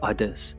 Others